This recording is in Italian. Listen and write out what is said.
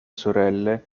sorelle